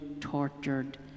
tortured